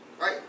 Right